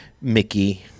Mickey